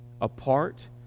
apart